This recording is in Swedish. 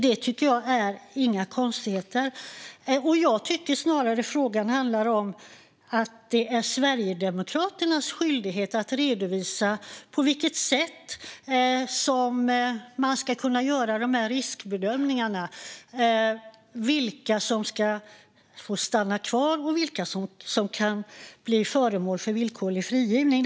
Det tycker jag inte är några konstigheter. Jag tycker snarare att det är Sverigedemokraternas skyldighet att redovisa på vilket sätt man ska kunna göra riskbedömningarna när det gäller vilka som ska få stanna kvar och vilka som kan bli föremål för villkorlig frigivning.